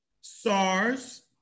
SARS